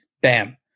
bam